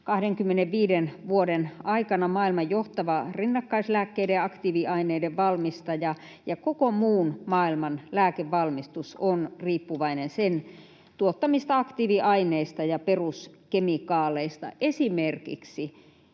25 vuoden aikana maailman johtava rinnakkaislääkkeiden ja aktiiviaineiden valmistaja, ja koko muun maailman lääkevalmistus on riippuvainen sen tuottamista aktiiviaineista ja peruskemikaaleista. Kiina esimerkiksi